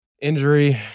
injury